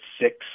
six